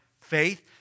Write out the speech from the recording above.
faith